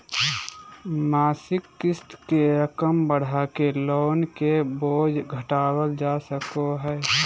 मासिक क़िस्त के रकम बढ़ाके लोन के बोझ घटावल जा सको हय